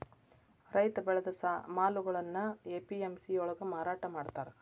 ರೈತ ಬೆಳೆದ ಮಾಲುಗಳ್ನಾ ಎ.ಪಿ.ಎಂ.ಸಿ ಯೊಳ್ಗ ಮಾರಾಟಮಾಡ್ತಾರ್